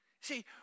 See